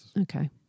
okay